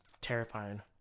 terrifying